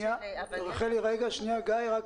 << אורח >> גיא לוי: